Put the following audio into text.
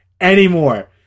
anymore